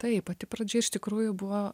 taip pati pradžia iš tikrųjų buvo